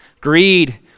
Greed